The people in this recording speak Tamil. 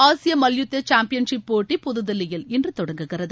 ஆசியமல்யுத்தசாம்பியன்ஷிப் போட்டி புது தில்லியில் இன்றுதொடங்குகிறது